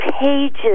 pages